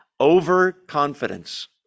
Overconfidence